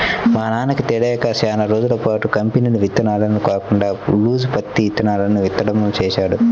మా నాన్నకి తెలియక చానా రోజులపాటు కంపెనీల ఇత్తనాలు కాకుండా లూజు పత్తి ఇత్తనాలను విత్తడం చేశాడు